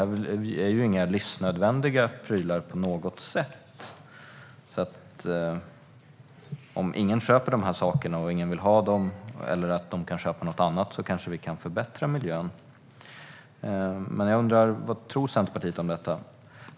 Detta är inga livsnödvändiga prylar på något sätt. Och om ingen köper dessa saker och ingen vill ha dem, eller om de köper någonting annat, kanske vi kan förbättra miljön. Men jag undrar vad Centerpartiet tror om detta.